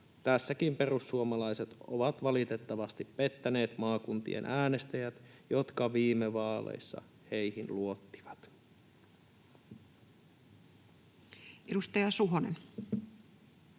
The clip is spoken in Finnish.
Tässäkin perussuomalaiset ovat valitettavasti pettäneet maakuntien äänestäjät, jotka viime vaaleissa heihin luottivat. [Speech